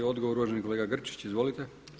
Odgovor uvaženi kolega Grčić, izvolite.